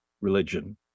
religion